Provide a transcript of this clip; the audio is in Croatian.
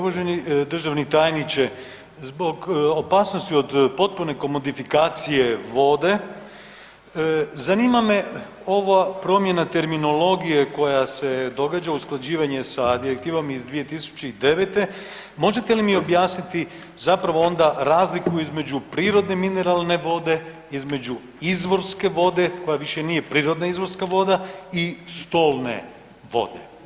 Uvaženi državni tajniče zbog opasnosti od potpune komodifikacije vode zanima me ova promjena terminologije koja se događa usklađivanje sa Direktivom iz 2009.-te, možete li objasniti zapravo onda razliku između prirodne mineralne vode, između izvorske vode koja više nije prirodna izvorska voda i stolne vode.